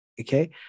Okay